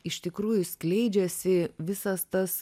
iš tikrųjų skleidžiasi visas tas